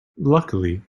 luckily